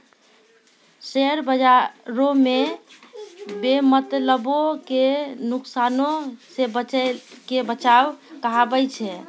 share बजारो मे बेमतलबो के नुकसानो से बचैये के बचाव कहाबै छै